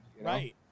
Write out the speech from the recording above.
Right